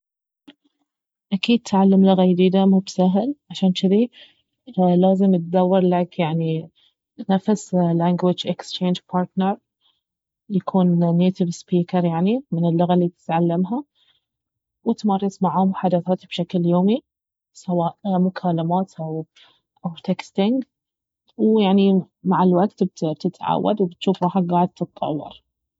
اكيد تعلم لغة يديدة مب سهل عشان جذي لازم تدور لك يعني نفس لانجوج اكتشينج بارتنر يكون نيتف سبيكر يعني من اللغة الي بتتعلمها وتمارس معاه محادثات بشكل يومي سواء مكالمات او تكستنج ويعني مع الوقت بتتعود وبتجوف روحك قاعد تتطور